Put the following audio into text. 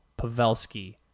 Pavelski